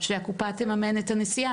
שהקופה תממן את הנסיעה.